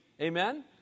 Amen